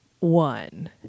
one